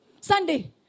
Sunday